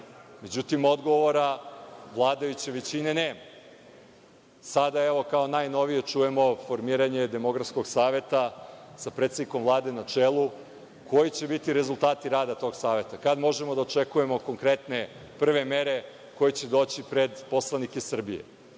Međutim, odgovora vladajuće većine nema. Sada, evo kao najnovije čujemo formiranje demografskog saveta sa predsednikom Vlade na čelu. Koji će biti rezultati radi tog saveta? Kada možemo da očekujemo konkretne prve mere koje će doći pred poslanike Srbije? Mislimo